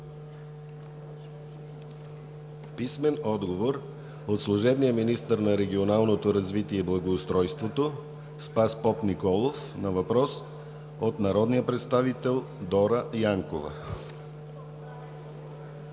Лиляна Павлова; - служебния министър на регионалното развитие и благоустройството Спас Попниколов на въпрос от народния представител Манол